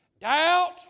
doubt